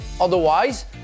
Otherwise